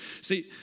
See